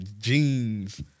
jeans